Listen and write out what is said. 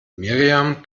miriam